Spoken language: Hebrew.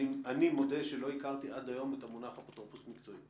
אני מודה שלא הכרתי עד היום את המונח אפוטרופוס מקצועי.